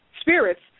Spirits